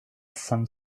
some